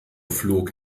flog